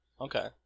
Okay